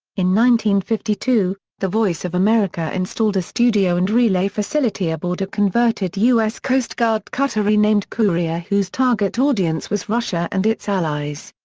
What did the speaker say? in fifty two, the voice of america installed a studio and relay facility aboard a converted u s. coast guard cutter renamed courier whose target audience was russia and its allies.